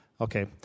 Okay